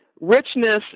richness